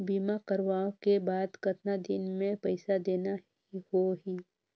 बीमा करवाओ के बाद कतना दिन मे पइसा देना हो ही?